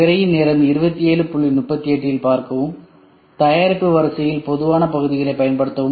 தயாரிப்பு வரிசையில் பொதுவான பகுதிகளைப் பயன்படுத்தவும்